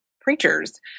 preachers